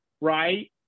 right